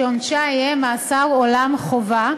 שעונשה יהיה מאסר עולם חובה,